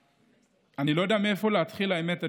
אני לא יודע מאיפה להתחיל, האמת.